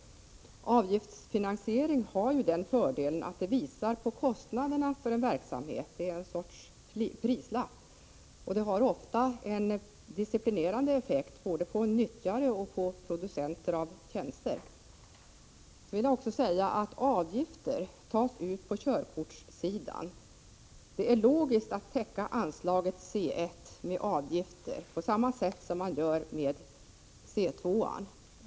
Avgiftsfinansiering har ju den fördelen att det visar kostnaderna för en verksamhet; det är en sorts prislapp. Det har ofta en disciplinerande effekt både på nyttjaren och på producenter av tjänster. Jag vill också säga att avgifter tas ut på körkortssidan. Det är logiskt att Prot. 1985/86:100 täcka anslaget C 1 med avgifter på samma sätt som man gör med anslaget 19 mars 1986 C 2.